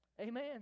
Amen